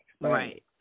Right